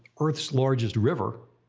earth's largest river,